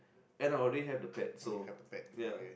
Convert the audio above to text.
then I really have the pet so ya